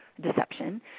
deception